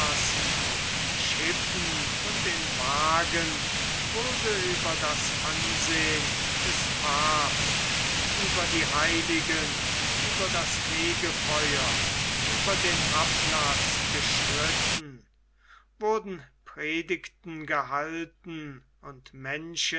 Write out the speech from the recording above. auf schiffen und in wagen wurde über das ansehen des papsts über die heiligen über das fegfeuer über den ablaß gestritten wurden predigten gehalten und